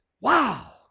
Wow